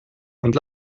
und